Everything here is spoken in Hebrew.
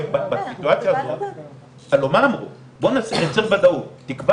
אני חושב שוועדות הכנסת צריכות להנחות ולהנחות את מוסדות התכנון.